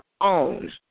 own